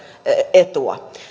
etua